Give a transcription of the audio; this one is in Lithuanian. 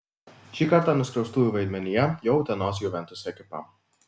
šį kartą nuskriaustųjų vaidmenyje jau utenos juventus ekipa